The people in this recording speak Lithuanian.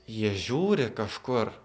jie žiūri kažkur